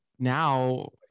now